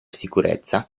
sicurezza